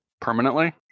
Permanently